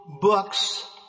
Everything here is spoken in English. books